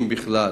אם בכלל.